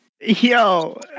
Yo